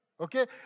Okay